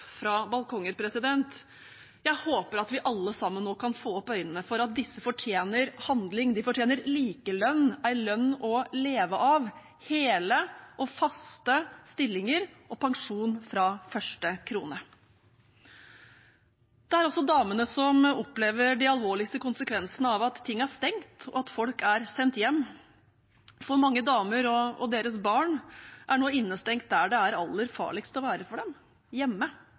fra balkonger. Jeg håper at vi alle sammen nå kan få opp øynene for at disse fortjener handling, de fortjener likelønn, en lønn å leve av, hele og faste stillinger og pensjon fra første krone. Det er også damene som opplever de alvorligste konsekvensene av at ting er stengt, og at folk er sendt hjem, for mange damer og deres barn er nå innestengt der det er aller farligst å være for dem: hjemme,